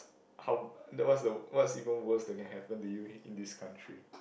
how what's the what's even worse that can happen to you in this country